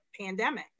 pandemic